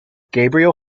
gabriel